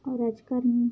राजकारण